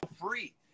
free